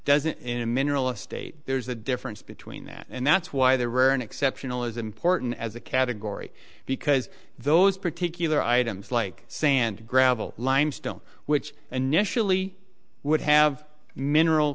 doesn't in a mineral a state there's a difference between that and that's why they're rare and exceptional is important as a category because those particular items like sand gravel limestone which initially would have mineral